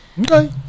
Okay